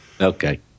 Okay